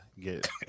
get